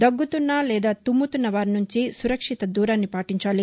దగ్గుతున్న లేదా తుమ్ముతున్న వారి నుంచి సురక్షిత దూరాన్ని పాటించండి